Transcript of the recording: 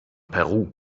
peru